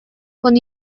con